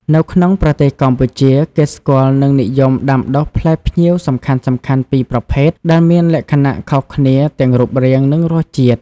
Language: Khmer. នៅក្នុងប្រទេសកម្ពុជា គេស្គាល់ និងនិយមដាំដុះផ្លែផ្ញៀវសំខាន់ៗពីរប្រភេទ ដែលមានលក្ខណៈខុសគ្នាទាំងរូបរាង និងរសជាតិ។